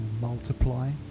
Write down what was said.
multiply